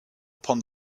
upon